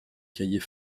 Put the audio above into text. cahier